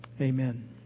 Amen